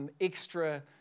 extra